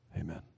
Amen